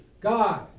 God